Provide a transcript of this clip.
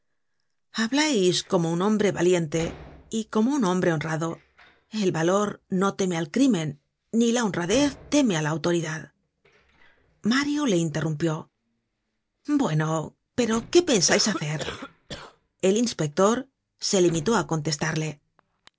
sentenciosa hablais como un hombre valiente y como un hombre honrado el valor no teme al crimen ni la honradez teme á la autoridad mario le interrumpió bueno pero qué pensais hacer el inspector se limitó á contestarle los